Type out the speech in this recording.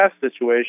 situation